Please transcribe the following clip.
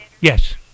Yes